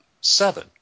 Seven